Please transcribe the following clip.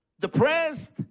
depressed